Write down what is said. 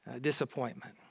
disappointment